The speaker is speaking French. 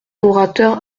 orateur